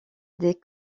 des